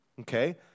okay